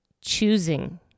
choosing